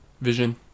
Vision